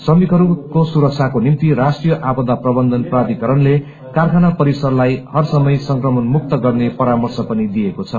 श्रमिकहरूको सुरक्षाको निम्ति राष्ट्रीय आपदा प्रबन्धन प्राधिकरणले कारखाना परिसरलाई हर समय संक्रमण मुक्त गर्ने परामर्श पनि दिएको छ